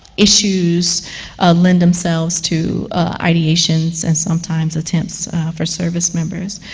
issues lend themselves to ideations and sometimes attempts for service members.